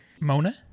Mona